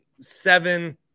seven